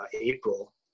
April